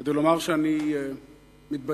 כדי לומר שאני מתבייש.